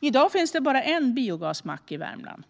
I dag finns bara en biogasmack i Värmland.